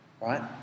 Right